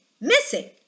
missing